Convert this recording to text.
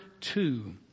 two